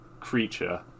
creature